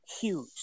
Huge